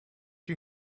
you